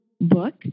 book